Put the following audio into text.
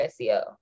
SEO